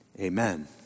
Amen